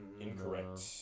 Incorrect